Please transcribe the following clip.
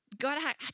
God